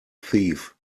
thief